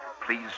please